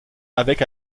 avec